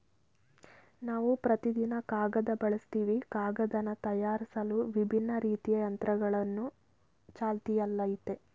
ನಾವು ಪ್ರತಿದಿನ ಕಾಗದ ಬಳಸ್ತಿವಿ ಕಾಗದನ ತಯಾರ್ಸಲು ವಿಭಿನ್ನ ರೀತಿ ಯಂತ್ರಗಳು ಚಾಲ್ತಿಯಲ್ಲಯ್ತೆ